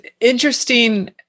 interesting